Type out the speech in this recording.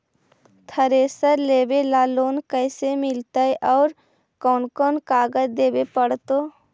Thresher लेबे ल loan कैसे मिलतइ और कोन कोन कागज देबे पड़तै?